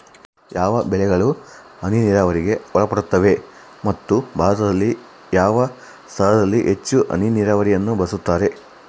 ಯಾವ ಬೆಳೆಗಳು ಹನಿ ನೇರಾವರಿಗೆ ಒಳಪಡುತ್ತವೆ ಮತ್ತು ಭಾರತದಲ್ಲಿ ಯಾವ ಸ್ಥಳದಲ್ಲಿ ಹೆಚ್ಚು ಹನಿ ನೇರಾವರಿಯನ್ನು ಬಳಸುತ್ತಾರೆ?